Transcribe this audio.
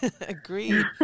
Agreed